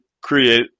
create